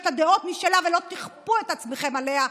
לה דעות משלה ולא תכפו את עצמכם עליה.